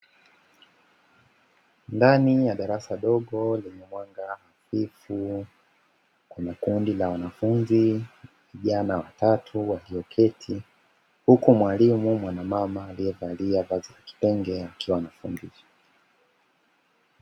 Ndani ya darasa dogo lenye mwanga hafifu kwenye kundi la wanafunzi vijana watatu walioketi, huku mwalimu mwanamama aliyevalia vazi la kitenge akiwa anafundisha.